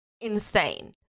insane